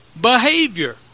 behavior